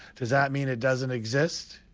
does that mean it doesn't exist?